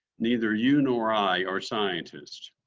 neither you nor i are scientists.